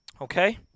Okay